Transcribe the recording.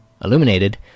Illuminated